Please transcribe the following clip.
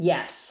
Yes